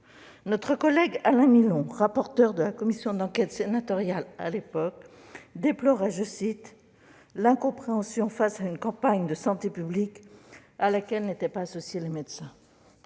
Notre collègue Alain Milon, rapporteur de la commission d'enquête sénatoriale de l'époque, déplorait « l'incompréhension face à une campagne de santé publique à laquelle n'étaient pas associés les médecins ».